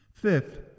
Fifth